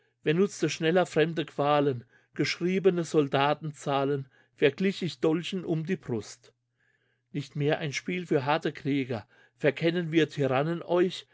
nutzte schneller fremde qualen geschriebene soldatenzahlen verglich ich dolchen um die brust nicht mehr ein spiel für harte krieger verkennen wir tyrannen euch